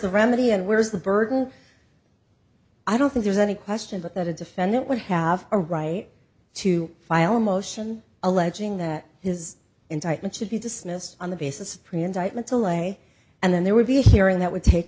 the remedy and where is the burden i don't think there's any question but that a defendant would have a right to file a motion alleging that his enticement should be dismissed on the basis of pre and i meant to lay and then there would be a hearing that would take